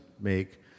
make